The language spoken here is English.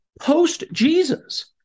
Post-Jesus